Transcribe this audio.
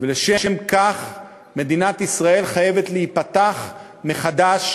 ולשם כך מדינת ישראל חייבת להיפתח מחדש,